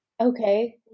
okay